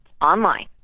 online